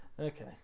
Okay